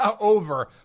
Over